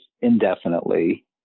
indefinitely